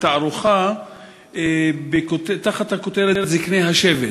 תערוכה תחת הכותרת "זקני השבט",